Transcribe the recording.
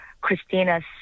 christina's